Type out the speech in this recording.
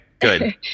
good